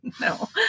No